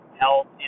health